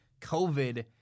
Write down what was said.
COVID